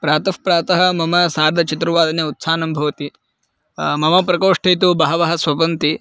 प्रातः प्रातः मम सार्धचतुर्वादने उत्थानं भवति मम प्रकोष्ठे तु बहवः स्वपन्ति